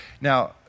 now